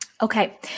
Okay